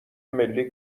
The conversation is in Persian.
ملی